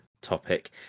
topic